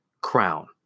crown